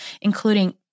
including